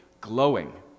glowing